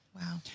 Wow